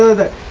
the